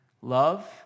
Love